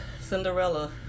Cinderella